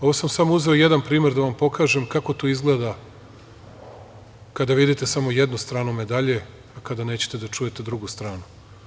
Ovo sam uzeo samo jedan primer da vam pokažem, kako to izgleda kada vidite samo jednu stranu medalje, a kada nećete da čujete drugu stanu.